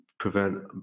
prevent